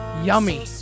Yummy